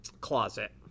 closet